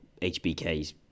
HBK's